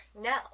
No